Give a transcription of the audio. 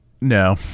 No